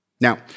Now